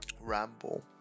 ramble